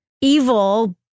evil